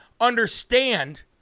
understand